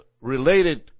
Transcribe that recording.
related